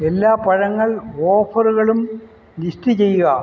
എല്ലാ പഴങ്ങൾ ഓഫറുകളും ലിസ്റ്റ് ചെയ്യുക